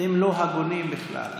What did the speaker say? אתם לא הגונים בכלל.